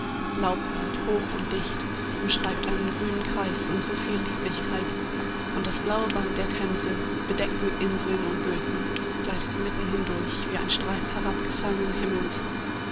laubwald hoch und dicht umschreibt einen grünen kreis um so viel lieblichkeit und das blaue band der themse bedeckt mit inseln und böten gleitet mitten hindurch wie ein streif herabgefallenen himmels